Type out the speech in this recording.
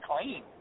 clean